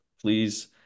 please